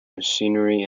machinery